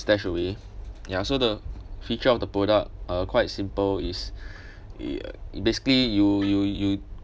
stashaway ya so the feature of the product uh quite simple is it basically you you you